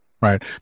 Right